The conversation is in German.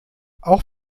auch